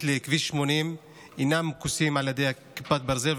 לכביש 80 אינם מכוסים על ידי כיפת ברזל.